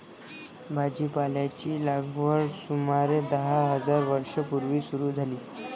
भाजीपाल्याची लागवड सुमारे दहा हजार वर्षां पूर्वी सुरू झाली